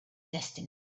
destinies